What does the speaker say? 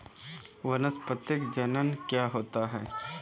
वानस्पतिक जनन क्या होता है?